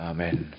Amen